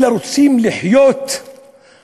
אלא הם רוצים לחיות בכבוד,